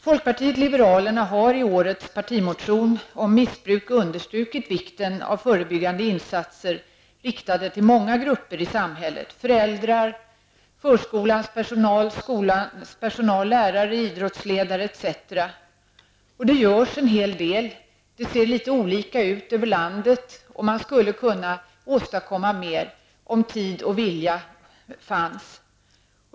Folkpartiet liberalerna har i årets partimotion om missbruk understrukit vikten av förebyggande insatser riktade till många grupper i samhället -- Det görs en hel del, det ser litet olika ut över landet, och man skulle kunna åstadkomma mer om tid och vilja fanns.